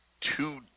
two